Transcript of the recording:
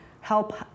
help